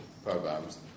Programs